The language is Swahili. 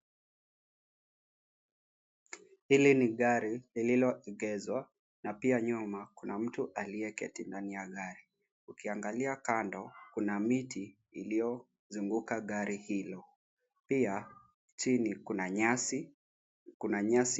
Hili ni gari lililoegeshwa, na pia nyuma kuna mtu aliyeketi ndani ya gari. Ukiangalia kando, kuna miti iliyozunguka gari hilo. Pia, chini kuna nyasi . Kuna nyasi.